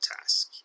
task